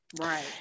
Right